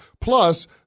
Plus